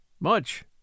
Much